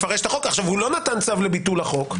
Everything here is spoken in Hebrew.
הוא לא נתן צו לביטול החוק,